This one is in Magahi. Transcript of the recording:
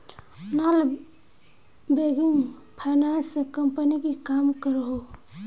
नॉन बैंकिंग फाइनांस कंपनी की काम करोहो?